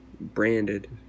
branded